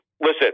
listen